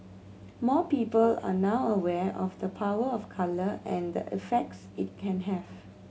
more people are now aware of the power of colour and the effects it can have